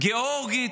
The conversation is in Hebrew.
גאורגית.